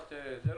אני,